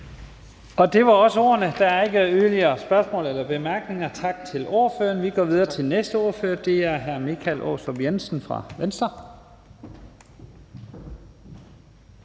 Det var også ordene. Der er ikke yderligere spørgsmål eller korte bemærkninger. Tak til ordføreren, og vi går videre til den næste ordfører, og det er hr. Michael Aastrup Jensen fra Venstre.